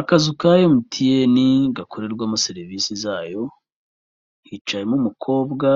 Akazu ka emutiyeni gakorerwamo serivisi zayo, hicayemo umukobwa